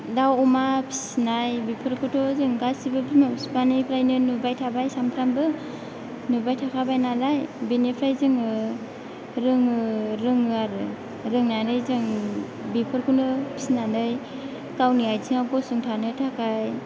दाव अमा फिसिनाय बेफोरखौ जों गासिबो बिमा बिफानिफ्रायनो नुबाय थाबाय सामफ्रामबो नुबाय थाखाबाय नालाय बिनिफ्राय जोङो रोङो रोङो आरो रोंनानै जों बेफोरखौनो फिसिनानै गावनि आइथिंआव गसंथानो थाखाय